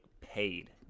paid